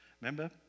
Remember